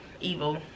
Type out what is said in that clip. evil